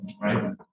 Right